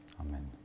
Amen